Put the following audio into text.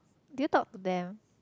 do you talk to them